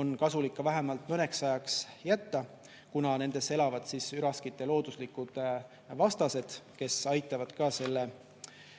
on kasulik vähemalt mõneks ajaks [alles] jätta, kuna nendes elavad üraskite looduslikud vastased, kes aitavad ka